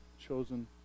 chosen